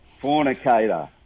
fornicator